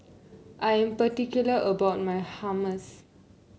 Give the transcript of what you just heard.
I'm particular about my Hummus